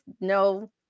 no